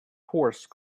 horse